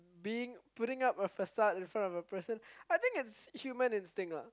being putting up a facade in front of a person I think it's human instinct lah